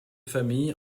famille